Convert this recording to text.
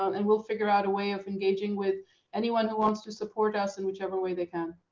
um and we'll figure out a way of engaging with anyone who wants to support us in whichever way they can.